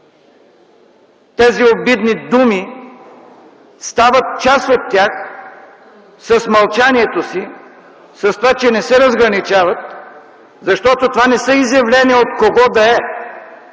тези обидни думи, стават част от тях с мълчанието, с това, че не се разграничават. Защото това не са изявления от когото и да е.